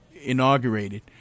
inaugurated